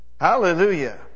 Hallelujah